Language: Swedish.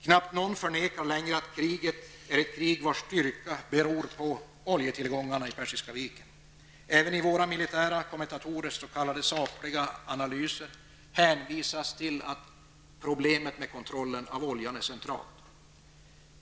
Knappt någon förnekar längre att kriget är ett krig vars styrka beror på oljetillgångarna i Persiska viken. Även i våra militära kommentatorers s.k. sakliga analyser hänvisas till att problemet med kontrollen av oljan är centralt.